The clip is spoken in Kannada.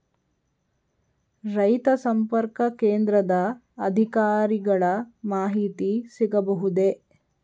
ರೈತ ಸಂಪರ್ಕ ಕೇಂದ್ರದ ಅಧಿಕಾರಿಗಳ ಮಾಹಿತಿ ಸಿಗಬಹುದೇ?